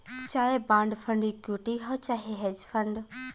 चाहे bond fund equity हौ चाहे हेज फ़ंड